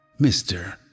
Mr